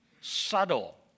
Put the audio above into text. subtle